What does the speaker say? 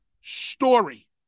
story